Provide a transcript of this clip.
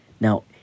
Now